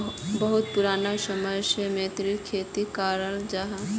बहुत पुराना समय से मोतिर खेती कराल जाहा